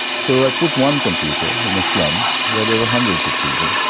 so i put one computer in a slum where there were hundreds of children,